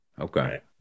Okay